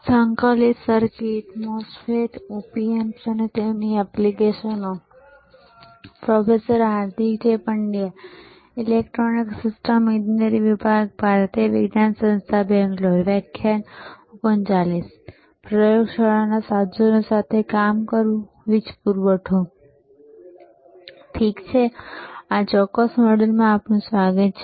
ઠીક છે આ ચોક્કસ મોડ્યુલમાં આપનું સ્વાગત છે